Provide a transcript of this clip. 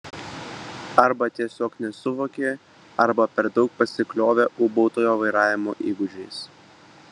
arba tiesiog nesuvokė arba per daug pasikliovė ūbautojo vairavimo įgūdžiais